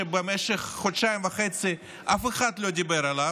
שבמשך חודשיים וחצי אף אחד לא דיבר עליו,